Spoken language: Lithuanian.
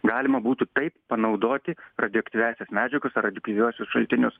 galima būtų taip panaudoti radioaktyviąsias medžiagas ar radioaktyviuosius šaltinius